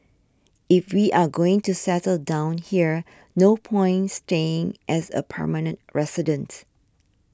if we are going to settle down here no point staying as a permanent residents